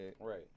right